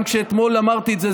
גם כשאתמול אמרתי את זה,